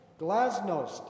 Glasnost